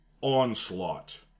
Onslaught